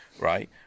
right